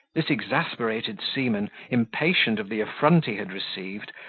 this exasperated seaman, impatient of the affront he had received,